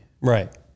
right